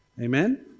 Amen